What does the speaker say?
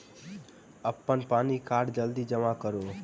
अप्पन पानि कार्ड जल्दी जमा करू?